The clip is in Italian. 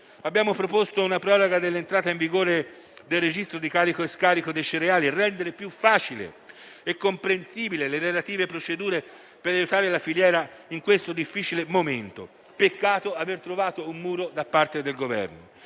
Abbiamo proposto una proroga dell'entrata in vigore del registro di carico e scarico dei cereali, per rendere più facile e comprensibile le relative procedure per aiutare la filiera in questo difficile momento. Peccato aver trovato un muro da parte del Governo.